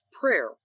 prayer